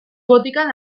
botikan